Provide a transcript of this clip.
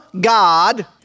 God